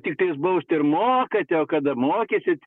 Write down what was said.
tiktais bausti ir mokate o kada mokysit